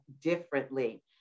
differently